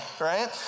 right